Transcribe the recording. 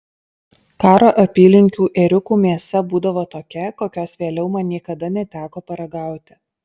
karo apylinkių ėriukų mėsa būdavo tokia kokios vėliau man niekada neteko paragauti